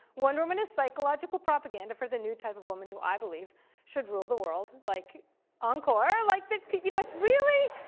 wonder woman is psychological propaganda for the new type of woman who i believe should rule the world like encore. like you know it's really,